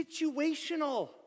situational